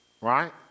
right